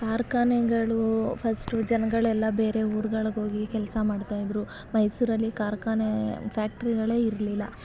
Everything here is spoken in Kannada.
ಕಾರ್ಖಾನೆಗಳು ಫಸ್ಟು ಜನಗಳೆಲ್ಲ ಬೇರೆ ಊರ್ಗಳ್ಗೆ ಹೋಗಿ ಕೆಲಸ ಮಾಡ್ತಾ ಇದ್ದರು ಮೈಸೂರಲ್ಲಿ ಕಾರ್ಖಾನೆ ಫ್ಯಾಕ್ಟ್ರಿಗಳೇ ಇರಲಿಲ್ಲ